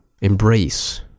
Embrace